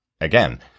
again